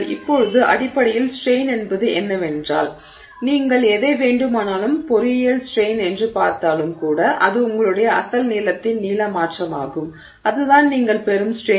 இப்போது அடிப்படையில் ஸ்ட்ரெய்ன் என்பது என்னவென்றால் நீங்கள் எதை வேண்டுமானாலும் பொறியியல் ஸ்ட்ரெய்ன் என்று பார்த்தாலும் கூட அது உங்களுடைய அசல் நீளத்தின் நீள மாற்றமாகும் அதுதான் நீங்கள் பெறும் ஸ்ட்ரெய்ன்